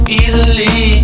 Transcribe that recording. easily